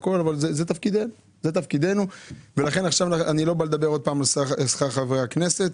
אני לא בא לדבר עוד פעם על שכר חברי הכנסת,